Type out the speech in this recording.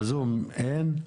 בזום אין?